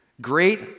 Great